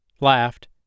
laughed